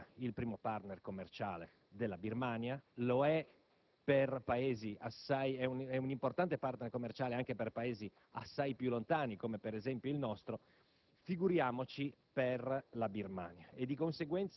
La Repubblica popolare cinese è di gran lunga il primo *partner* commerciale della Birmania: è un importante *partner* commerciale anche per Paesi assai più lontani, come per esempio il nostro,